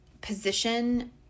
position